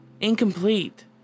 incomplete